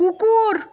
কুকুর